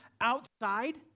outside